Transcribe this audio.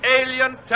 alien